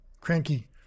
cranky